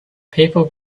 people